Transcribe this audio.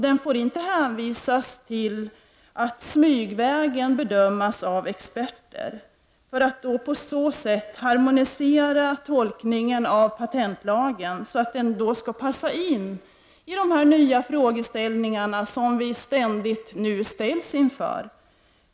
Den får inte hänvisas till att smygvägen bedömas av experter för att på så sätt harmonisera tolkningen av patentlagen så att den skall passa in i de nya frågeställningar som vi ständigt ställs inför.